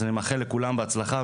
אז אני מאחל לכולם בהצלחה,